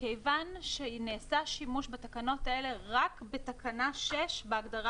מכיוון שנעשה שימוש בתקנות האלה רק בתקנה 6 בהגדרה